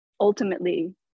ultimately